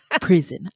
prison